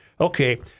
Okay